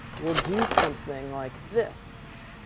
we'll do something like this.